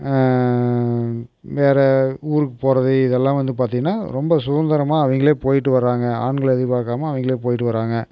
வேறு ஊருக்கு போகிறது இதெல்லாம் வந்து பார்த்திங்கன்னா ரொம்ப சுதந்திரமா அவங்களே போயிட்டு வராங்க ஆண்களை எதிர்பார்க்காம அவங்களே போயிட்டு வராங்க